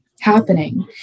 happening